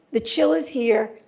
the chill is here,